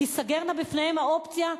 ייסגרו בפניהם האופציה,